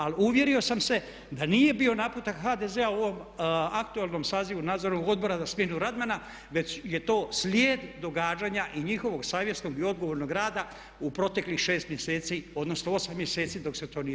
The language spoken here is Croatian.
Ali uvjerio sam se da nije bio naputak HDZ-a u ovom aktualnom sazivu Nadzornog odbora za smjenu Radmana već je to slijed događanja i njihovog savjesnog i odgovornog rada u proteklih 6 mjeseci, odnosno 8 mjeseci dok se to nije